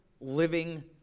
living